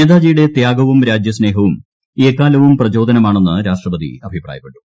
നേതാജിയുടെ ത്യാഗവും രാജ്യസ്നേഹവും എക്കാലവും പ്രചോദനമാണെന്ന് രാഷ്ട്രപതി അഭിപ്രായപ്പെട്ടു